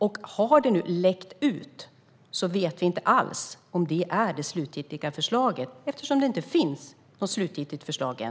Och har nu något "läckt ut" vet vi inte alls om det är det slutgiltiga förslaget - eftersom det inte finns något slutgiltigt förslag än.